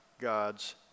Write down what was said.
God's